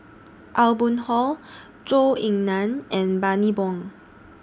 Aw Boon Haw Zhou Ying NAN and Bani Buang